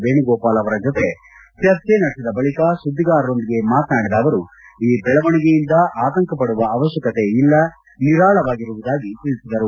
ವೇಣುಗೋಪಾಲ್ ಅವರ ಜೊತೆ ಚರ್ಜೆ ನಡೆಸಿದ ಬಳಿಕ ಸುದ್ದಿಗಾರರೊಂದಿಗೆ ಮಾತನಾಡಿದ ಅವರು ಈ ಬೆಳವಣಿಗೆಯಿಂದ ಆತಂಕಪಡುವ ಅವಶ್ಯಕತೆ ಇಲ್ಲ ನಿರಾಳವಾಗಿರುವುದಾಗಿ ತಿಳಿಸಿದರು